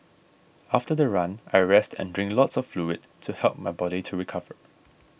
after the run I rest and drink lots of fluid to help my body to recover